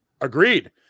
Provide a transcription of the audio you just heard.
Agreed